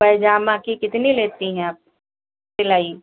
पैजामा की कितनी लेती हैं आप सिलाई